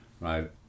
right